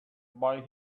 buy